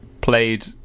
played